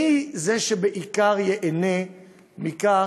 מי זה שבעיקר ייהנה מכך